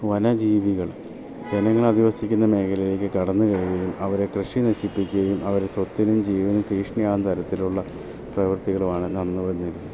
വനജീവികൾ ജനങ്ങൾ അധിവസിക്കുന്ന മേഘലയിലേക്ക് കടന്ന് കയറുകയും അവരെ കൃഷി നശിപ്പിക്കുകയും അവരുടെ സ്വത്തിനും ജീവനും ഭീഷണി ആകുന്ന തരത്തിലുള്ള പ്രവർത്തികളുവാണ് നടന്ന് വന്നിരിക്കുന്നത്